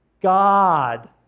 God